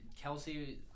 Kelsey